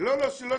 לא סיימתי,